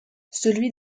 celui